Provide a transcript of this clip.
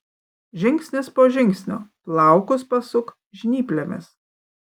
žingsnis po žingsnio plaukus pasuk žnyplėmis